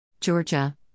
Georgia